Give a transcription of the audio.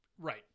Right